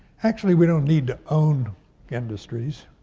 actually, we don't need to own industries.